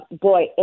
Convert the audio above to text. Boy